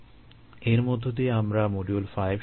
এর মধ্য দিয়ে আমরা মডিউল 5 শেষ করছি